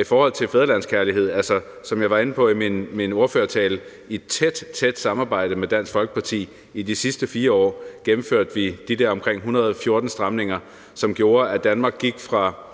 I forhold til fædrelandskærlighed vil jeg sige, at vi, som jeg var inde på i min ordførertale, i meget tæt samarbejde med Dansk Folkeparti i de sidste 4 år gennemførte de der omkring 114 stramninger, som gjorde, at Danmark gik fra